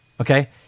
Okay